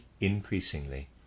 increasingly